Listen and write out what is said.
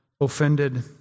offended